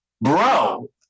Bro